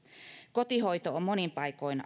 kotihoito on monin paikoin